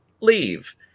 leave